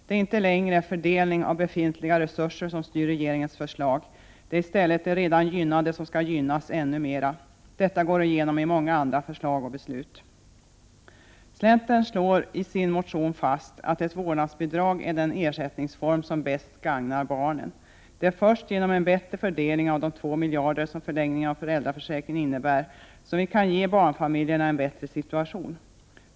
Det är inte längre fördelningen av befintliga resurser som styr regeringens förslag, utan det är i stället de redan gynnade som skall gynnas ännu mera. Detta går igenom i många andra förslag och beslut. Centern slår i sin motion fast att ett vårdnadsbidrag är den ersättningsform som bäst gagnar barnen. Det är först genom en bättre fördelning av de 2 miljarder som förlängningen av föräldraförsäkringen kostar som vi kan ge barnfamiljerna en bättre situation.